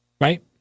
right